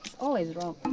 always wrong.